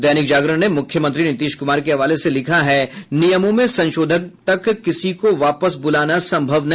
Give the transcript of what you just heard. दैनिक जागरण ने मुख्यमंत्री नीतीश कुमार के हवाले से लिखा है नियमों में संशोधन तक किसी को वापस बुलाना सम्भव नहीं